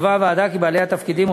קבעה הוועדה כי בעלי התפקידים,